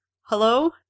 Hello